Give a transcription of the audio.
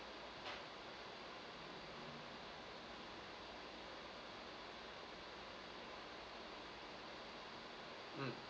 mm